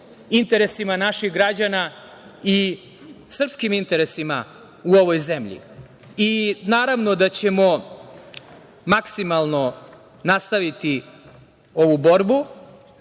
interesima naših građana i srpskim interesima u ovoj zemlji. Naravno da ćemo maksimalno nastaviti ovu borbu